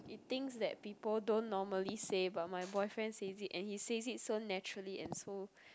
it things that people don't normally say but my boyfriend says it and it says it so naturally and so